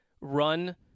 run